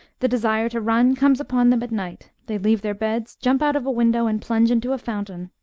the desire to run comes upon them at night. they leave their beds, jump out of a window, and plunge into a fountain.